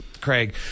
Craig